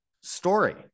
story